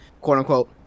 quote-unquote